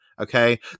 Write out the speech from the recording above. Okay